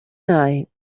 night